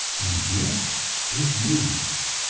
and yet it moves.